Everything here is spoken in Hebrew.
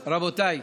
רבותיי,